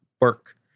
work